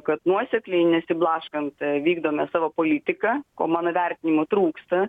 kad nuosekliai nesiblaškant vykdome savo politiką ko mano vertinimu trūksta